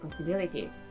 possibilities